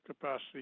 capacity